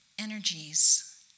energies